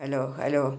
hello hello